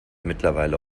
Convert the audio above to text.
mittlerweile